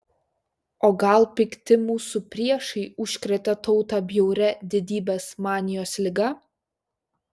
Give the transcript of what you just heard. o gal pikti mūsų priešai užkrėtė tautą bjauria didybės manijos liga